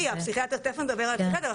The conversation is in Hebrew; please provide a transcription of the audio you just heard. תיכף נדבר על הפסיכיאטר.